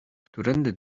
którędy